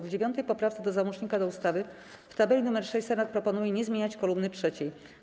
W 9. poprawce do załącznika do ustawy w tabeli nr 6 Senat proponuje nie zmieniać kolumny trzeciej.